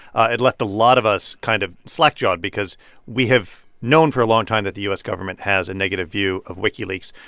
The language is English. it left a lot of us kind of slack-jawed because we have known for a long time that the u s. government has a negative view of wikileaks.